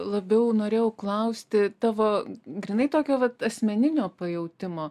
labiau norėjau klausti tavo grynai tokio pat asmeninio pajautimo